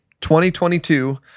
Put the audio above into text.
2022